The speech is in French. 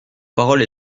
parole